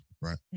right